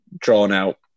drawn-out